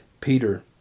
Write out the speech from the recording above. Peter